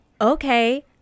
okay